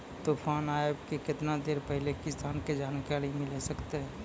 तूफान आबय के केतना देर पहिले किसान के जानकारी मिले सकते?